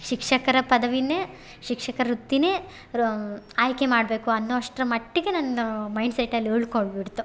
ಶಿಕ್ಷಕರ ಪದವೀನೆ ಶಿಕ್ಷಕ ವೃತ್ತಿನೆ ರೂ ಆಯ್ಕೆ ಮಾಡಬೇಕು ಅನ್ನೋ ಅಷ್ಟ್ರ ಮಟ್ಟಿಗೆ ನನ್ನ ಮೈಂಡ್ಸೆಟ್ಟಲ್ಲಿ ಉಳ್ಕೊಂಬಿಡ್ತು